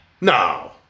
No